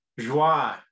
Joie